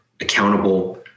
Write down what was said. accountable